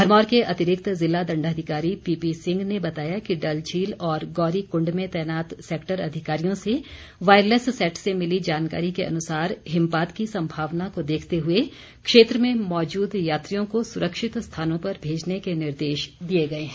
भरमौर के अतिरिक्त ज़िला दण्डाधिकारी पीपी सिंह ने बताया कि डल झील और गौरी कुण्ड में तैनात सैक्टर अधिकारियों से वायरलैस सेट से मिली जानकारी के अनुसार हिमपात की संभावना को देखते हुए क्षेत्र में मौजूद यात्रियों को सुरक्षित स्थानों पर भेजने के निर्देश दिए गए हैं